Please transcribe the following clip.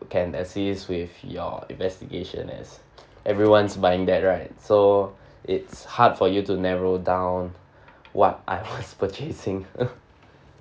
can assist with your investigation as everyone's buying that right so it's hard for you to narrow down what I was purchasing